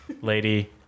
lady